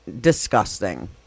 disgusting